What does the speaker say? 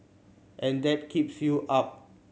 and that keeps you up